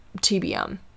TBM